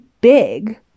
big